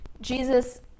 Jesus